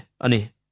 ani